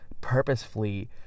purposefully